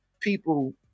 people